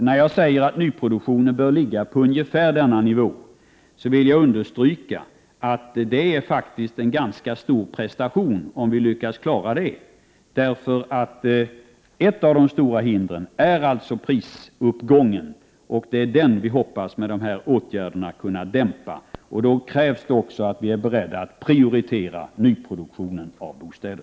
När jag säger att nyproduktionen bör ligga på ungefär denna nivå, vill jag understryka att det faktiskt är en ganska stor prestation om vi lyckas åstadkomma detta. Ett av de stora hindren är prisuppgången. Det är den som vi genom de här åtgärderna hoppas kunna dämpa. Det krävs då också att vi är beredda att prioritera nyproduktionen av bostäder.